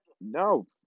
No